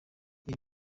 ibi